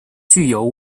具有